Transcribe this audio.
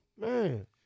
Man